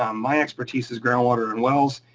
um my expertise is groundwater and wells.